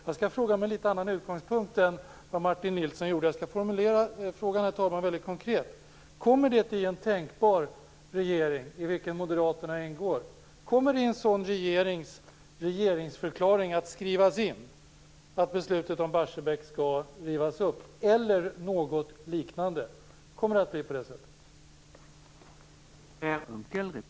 Jag skall fråga med en litet annan utgångspunkt än vad Martin Nilsson gjorde. Jag skall, herr talman, formulera frågan väldigt konkret. Om Moderaterna hamnar i regeringsställning, kommer det då i regeringsförklaringen att skrivas in att beslutet om Barsebäck skall rivas upp eller något liknande? Kommer det att bli på det sättet?